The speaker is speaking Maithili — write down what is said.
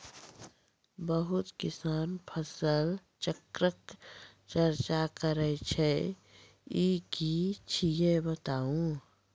बहुत किसान फसल चक्रक चर्चा करै छै ई की छियै बताऊ?